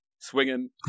swinging